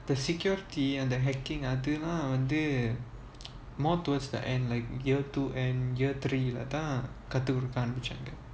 the security and the hacking அதுலாம் வந்து:adhulam vanthu more towards the end like year two end year three அதான் கத்து கொடுத்தாங்க:athaan kathu koduthanga